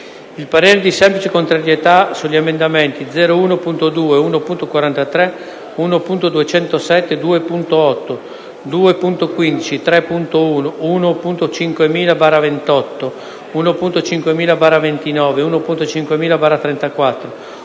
Il parere edi semplice contrarieta sugli emendamenti 01.2, 1.43, 1.207, 2.8, 2.15, 3.1, 1.5000/28, 1.5000/29, 1.5000/34,